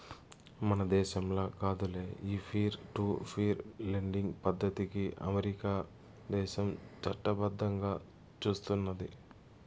మన దేశంల కాదులే, ఈ పీర్ టు పీర్ లెండింగ్ పద్దతికి అమెరికా దేశం చట్టబద్దంగా సూస్తున్నాది